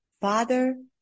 Father